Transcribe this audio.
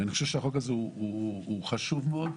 אני חושב שהצעת החוק הזאת חשובה מאוד,